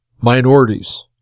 minorities